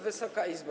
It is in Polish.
Wysoka Izbo!